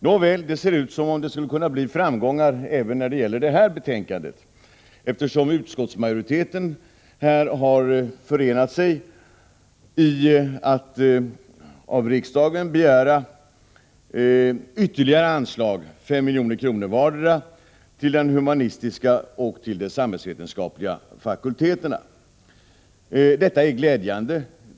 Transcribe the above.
Nåväl, det ser ut som om det skulle kunna bli framgångar även när det gäller det här betänkandet, eftersom utskottsmajoriteten har förenat sig i att av riksdagen begära ytterligare anslag, 5 milj.kr. vardera till de humanistiska och de samhällsvetenskapliga fakulteterna. Detta är glädjande.